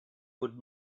would